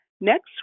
Next